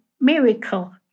miracle